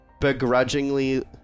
begrudgingly